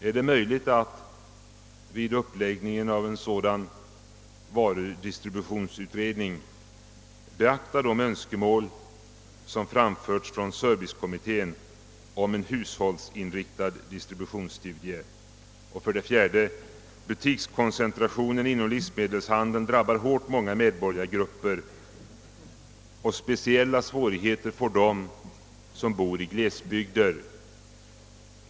Är det möjligt att vid uppläggningen av en sådan varudistributionsutredning beakta de önskemål som framförts från servicekommittén om en hushållsinriktad distributionsstudie? 4, Butikskoncentrationen inom livsmedelshandeln drabbar hårt många medborgargrupper, och speciella svårigheter får de som bor i glesbygder.